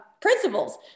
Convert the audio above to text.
principles